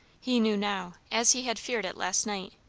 he knew now, as he had feared it last night.